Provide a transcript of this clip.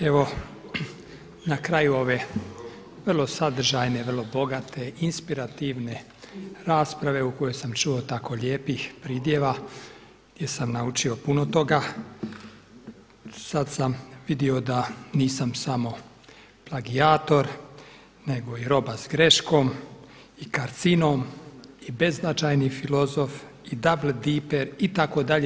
Evo na kraju ove vrlo sadržajne, vrlo bogate, inspirativne rasprave u kojoj sam čuo tako lijepih pridjeva gdje sam naučio puno toga sada sam vidio da nisam samo plagijator, nego i roba s greškom, i karcinom, i beznačajni filozof, i duble diper itd.